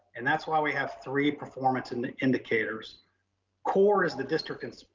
and that's why we have three performance and indicators core is the district,